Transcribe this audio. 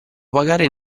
pagare